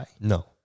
No